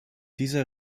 dieser